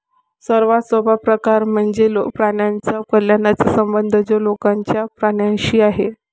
सर्वात सोपा प्रकार म्हणजे प्राण्यांच्या कल्याणाचा संबंध जो लोकांचा प्राण्यांशी आहे